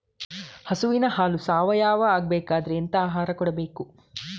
ಹಸುವಿನ ಹಾಲು ಸಾವಯಾವ ಆಗ್ಬೇಕಾದ್ರೆ ಎಂತ ಆಹಾರ ಕೊಡಬೇಕು?